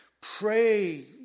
pray